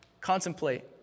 contemplate